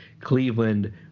Cleveland